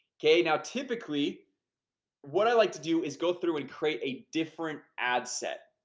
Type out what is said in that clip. okay now typically what i like to do is go through and create a different ad set,